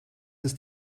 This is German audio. ist